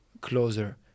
closer